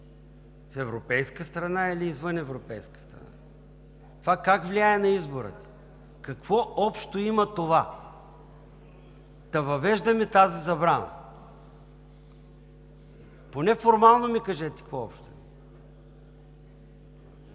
В европейска страна или извън европейска страна? Това как влияе на избора? Какво общо има това, та въвеждаме тази забрана? Поне формално ми кажете – какво общо